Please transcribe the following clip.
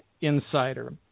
Insider